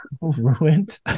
ruined